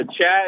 Chad